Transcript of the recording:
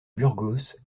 burgos